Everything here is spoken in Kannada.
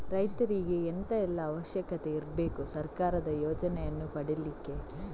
ರೈತರಿಗೆ ಎಂತ ಎಲ್ಲಾ ಅವಶ್ಯಕತೆ ಇರ್ಬೇಕು ಸರ್ಕಾರದ ಯೋಜನೆಯನ್ನು ಪಡೆಲಿಕ್ಕೆ?